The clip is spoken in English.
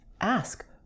ask